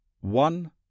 One